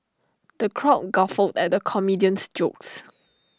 the crowd guffawed at the comedian's jokes